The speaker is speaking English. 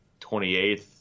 28th